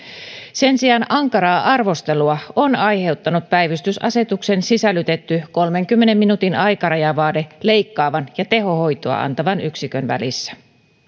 sen sijaan ankaraa arvostelua on aiheuttanut päivystysasetukseen sisällytetty kolmenkymmenen minuutin aikarajavaade leikkaavan ja tehohoitoa antavan yksikön välissä